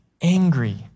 angry